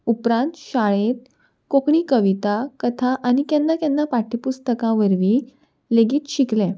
उपरांत शाळेंत कोंकणी कविता कथा आनी केन्ना केन्ना पाठ्यपुस्तकां वरवीं लेगीत शिकलें